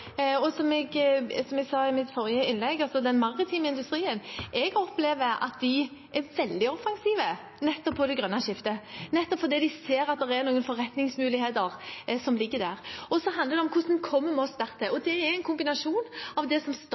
og industrien selv på det grønne skiftet. Som jeg sa i mitt forrige innlegg, opplever jeg at den maritime industrien er veldig offensiv når det gjelder det grønne skiftet, nettopp fordi de ser at det ligger noen forretningsmuligheter der. Så handler det om hvordan vi kommer oss dit, og det gjør vi med en kombinasjon av det som